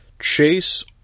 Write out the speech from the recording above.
Chase